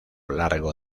largo